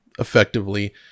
effectively